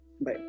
Bye